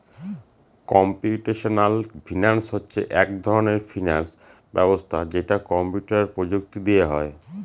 computational finance হচ্ছে এক ধরনের ফিনান্স ব্যবস্থা যেটা কম্পিউটার প্রযুক্তি দিয়ে হয়